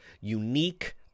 unique